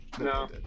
no